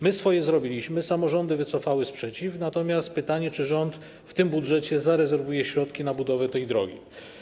My swoje zrobiliśmy, samorządy wycofały sprzeciw, natomiast pytanie, czy rząd w tym budżecie zarezerwuje środki na budowę tej drogi.